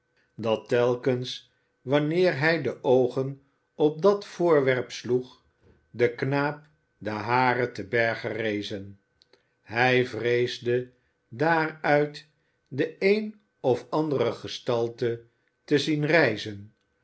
dat telkens wanneer hij de oogen op dat voorwerp sloeg den knaap de haren te berge rezen hij vreesde daaruit de een of andere gestalte te zien rijzen